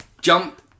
jump